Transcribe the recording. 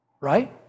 right